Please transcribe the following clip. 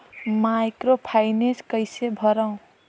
Microfinance कइसे करव?